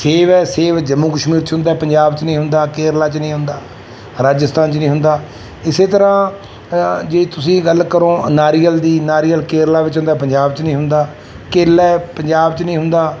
ਸੇਬ ਹੈ ਸੇਬ ਜੰਮੂ ਕਸ਼ਮੀਰ 'ਚ ਹੁੰਦਾ ਪੰਜਾਬ 'ਚ ਨਹੀਂ ਹੁੰਦਾ ਕੇਰਲਾ 'ਚ ਨਹੀਂ ਹੁੰਦਾ ਰਾਜਸਥਾਨ 'ਚ ਨਹੀਂ ਹੁੰਦਾ ਇਸੇ ਤਰ੍ਹਾਂ ਜੇ ਤੁਸੀਂ ਗੱਲ ਕਰੋ ਨਾਰੀਅਲ ਦੀ ਨਾਰੀਅਲ ਕੇਰਲਾ ਵਿੱਚ ਹੁੰਦਾ ਪੰਜਾਬ 'ਚ ਨਹੀਂ ਹੁੰਦਾ ਕੇਲਾ ਪੰਜਾਬ 'ਚ ਨਹੀਂ ਹੁੰਦਾ